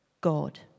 God